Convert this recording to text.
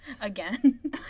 again